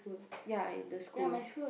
ya in the school